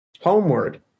homeward